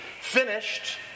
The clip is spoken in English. finished